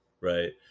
Right